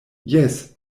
jes